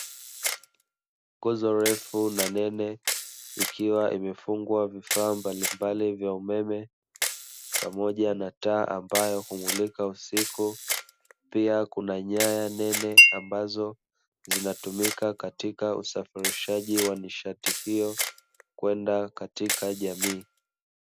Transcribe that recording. Nguzo refu na nene ikiwa imefungwa vifaa mbalimbali vya umeme pamoja na taa ambayo humulika usiku, pia kuna nyaya nene ambazo zinatumika katika usafirishaji wa nishati hiyo kwenda katika jamii.